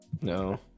No